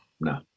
No